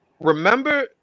Remember